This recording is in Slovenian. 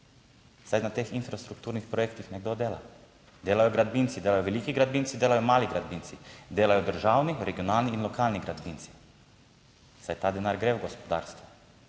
Saj na teh infrastrukturnih projektih nekdo dela, delajo gradbinci, delajo veliki gradbinci, delajo mali gradbinci, delajo državni, regionalni in lokalni gradbinci. Saj ta denar gre v gospodarstvo.